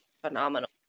phenomenal